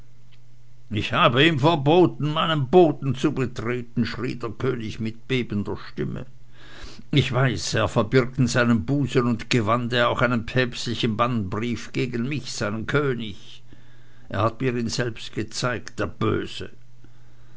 ich habe ihm verboten meinen boden zu betreten schrie der könig mit bebender stimme ich weiß er verbirgt in seinem busen und gewande auch einen päpstlichen bannbrief gegen mich seinen könig er hat mir ihn selbst gezeigt der böse